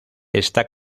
esta